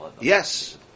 Yes